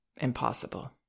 impossible